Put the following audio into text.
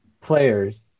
players